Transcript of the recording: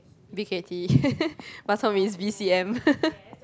b_k_t bak-chor-mee is b_c_m